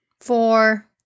Four